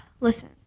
listen